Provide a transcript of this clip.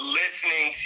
listening